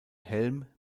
helm